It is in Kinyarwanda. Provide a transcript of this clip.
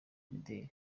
imideri